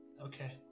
Okay